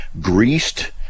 greased